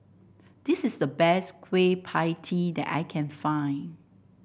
this is the best Kueh Pie Tee that I can find